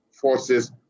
forces